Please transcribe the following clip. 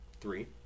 Three